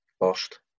lost